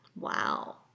Wow